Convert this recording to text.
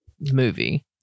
movie